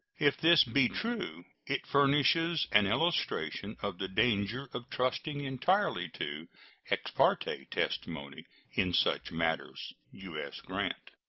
if this be true, it furnishes an illustration of the danger of trusting entirely to ex parte testimony in such matters. u s. grant.